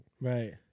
Right